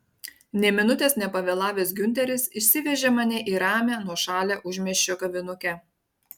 nė minutės nepavėlavęs giunteris išsivežė mane į ramią nuošalią užmiesčio kavinukę